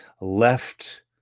left